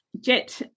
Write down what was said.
Jet